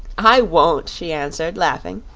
i won't, she answered, laughing.